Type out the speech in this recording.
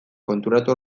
konturatu